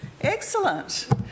Excellent